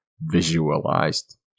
Visualized